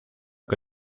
que